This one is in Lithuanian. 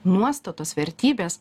nuostatos vertybės